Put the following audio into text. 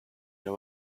know